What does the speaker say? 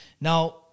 Now